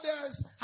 Others